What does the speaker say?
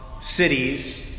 cities